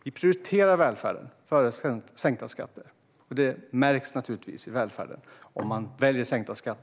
Vi prioriterar välfärden före sänkta skatter eftersom det naturligtvis märks i välfärden om man väljer sänkta skatter.